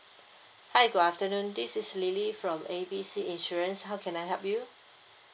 hi good afternoon this is lily from A B C insurance how can I help you